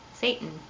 Satan